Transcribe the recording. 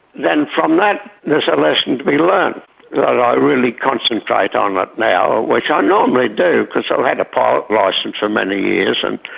then from that there's a lesson to be learned, and i really concentrate on it ah now, which i normally do, because i've had a pilot licence for many years, and